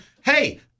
hey